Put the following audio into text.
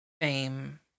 Fame